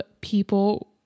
people